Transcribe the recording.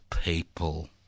people